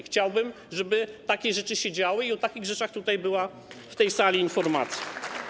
Chciałbym, żeby takie rzeczy się działy i o takich rzeczach była w tej sali informacja.